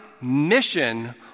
mission